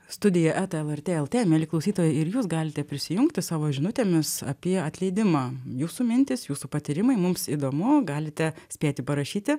studija eta lrt lt mieli klausytojai ir jūs galite prisijungti savo žinutėmis apie atleidimą jūsų mintys jūsų patyrimai mums įdomu galite spėti parašyti